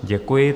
Děkuji.